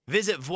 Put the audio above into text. Visit